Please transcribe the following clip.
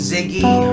Ziggy